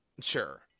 Sure